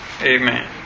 Amen